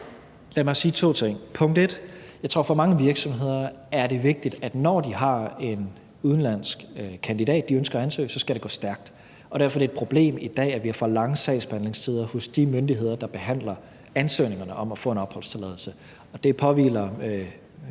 mig sige to ting. Punkt 1: For mange virksomheder tror jeg det er vigtigt, at når de har en udenlandsk kandidat, de ønsker at ansætte, så skal det gå stærkt, og derfor er det et problem i dag, at vi har for lange sagsbehandlingstider hos de myndigheder, der behandler ansøgninger om at få en opholdstilladelse, og det påhviler